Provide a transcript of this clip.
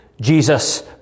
Jesus